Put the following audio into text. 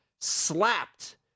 slapped